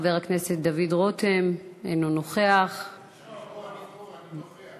חבר הכנסת דוד רותם, אינו נוכח, אני פה, אני נוכח.